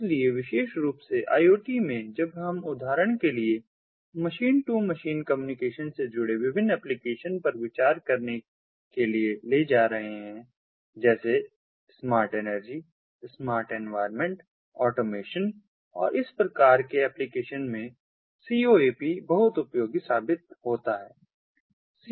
इसलिए विशेष रूप से IoT में जब हम उदाहरण के लिए मशीन टू मशीन कम्युनिकेशन से जुड़े विभिन्न एप्लीकेशन पर विचार करने के लिए ले जा रहे हैं जैसे smart energy smart environment automation और इस प्रकार के एप्लीकेशन में CoAP बहुत उपयोगी साबित होता है